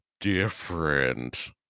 different